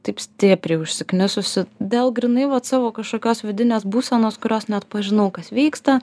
taip stipriai užsiknisusi dėl grynai vat savo kažkokios vidinės būsenos kurios neatpažinau kas vyksta